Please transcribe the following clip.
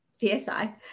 PSI